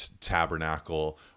tabernacle